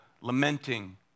lamenting